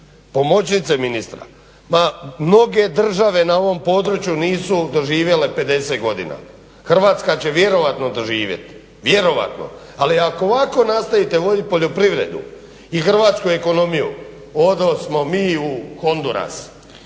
pomoćnice ministra ma mnoge države na ovom području nisu doživjele 50 godina. Hrvatska će vjerojatno doživjet, vjerojatno. Ali ako ovako nastavite voditi poljoprivredu i hrvatsku ekonomiju odosmo mi u honduras.